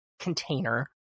container